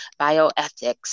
bioethics